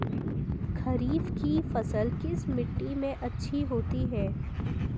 खरीफ की फसल किस मिट्टी में अच्छी होती है?